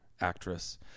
actress